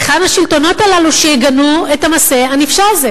היכן השלטונות הללו שיגנו את המעשה הנפשע הזה?